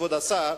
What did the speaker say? כבוד השר,